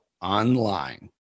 online